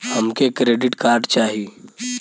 हमके credit card चाही